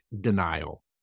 denial